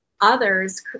Others